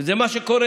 וזה מה שקורה.